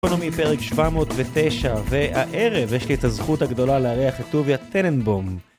גיקונומי פרק 709, והערב יש לי את הזכות הגדולה לארח את טוביה טננבום.